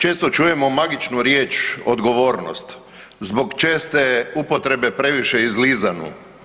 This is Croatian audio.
Često čujemo magičnu riječ odgovornost, zbog česte upotrebe previše izlizanu.